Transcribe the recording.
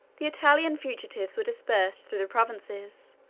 the italian fugitives were dispersed through the provinces,